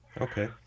Okay